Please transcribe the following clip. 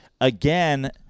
again